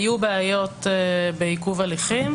היו בעיות בעיכוב הליכים.